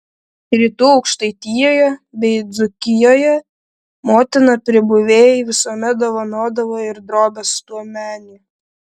rytų aukštaitijoje bei dzūkijoje motina pribuvėjai visuomet dovanodavo ir drobės stuomenį